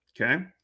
okay